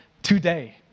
Today